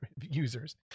users